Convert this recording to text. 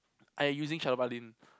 I using Shadow Paladin